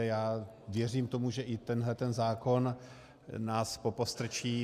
Já věřím tomu, že i tenhleten zákon nás popostrčí.